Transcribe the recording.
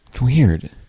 Weird